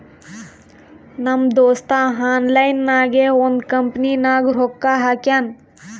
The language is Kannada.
ನಮ್ ದೋಸ್ತ ಆನ್ಲೈನ್ ನಾಗೆ ಒಂದ್ ಕಂಪನಿನಾಗ್ ರೊಕ್ಕಾ ಹಾಕ್ಯಾನ್